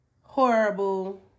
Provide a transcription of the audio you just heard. horrible